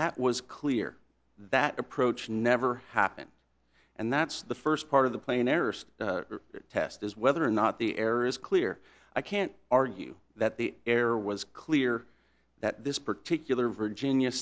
that was clear that approach never happened and that's the first part of the plane arest test is whether or not the air is clear i can't argue that the air was clear that this particular virginia